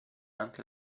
anche